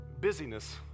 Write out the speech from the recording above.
busyness